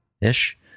ish